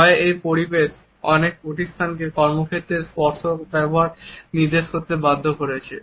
ভয়ের এই পরিবেশ অনেক প্রতিষ্ঠানকে কর্মক্ষেত্রে স্পর্শ ব্যবহার নিষিদ্ধ করতে বাধ্য করেছে